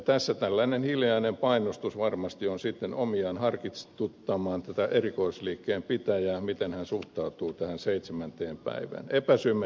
tässä tällainen hiljainen painostus varmasti on sitten omiaan harkituttamaan tätä erikoisliikkeen pitäjää sen suhteen miten hän suhtautuu tähän seitsemänteen päivään